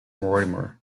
mortimer